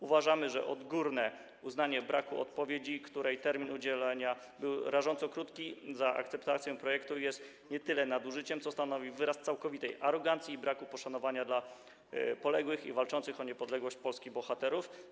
Uważamy, że odgórne uznanie braku odpowiedzi, której termin udzielenia był rażąco krótki, za akceptację projektu nie tyle jest nadużyciem, ile stanowi wyraz całkowitej arogancji i braku poszanowania dla poległych i walczących o niepodległość Polski bohaterów.